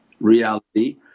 reality